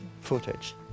footage